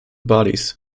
bodies